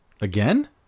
Again